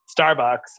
Starbucks